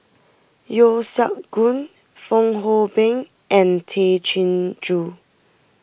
Yeo Siak Goon Fong Hoe Beng and Tay Chin Joo